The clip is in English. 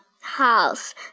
house